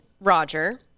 Roger